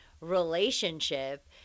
relationship